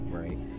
right